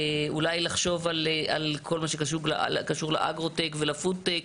אולי לחשוב על כל מה שקשור לאגרוטק ולפודטק.